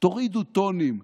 תורידו טונים.